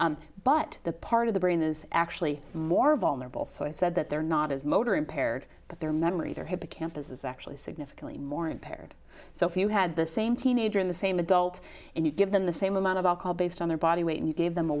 effects but the part of the brain that is actually more vulnerable so i said that they're not as motor impaired but their memory their hippocampus is actually significantly more impaired so if you had the same teenager in the same adult and you give them the same amount of alcohol based on their body weight and you gave them a